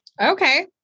Okay